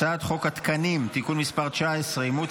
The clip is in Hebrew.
הצעת חוק התקנים (תיקון מס' 19) (אימוץ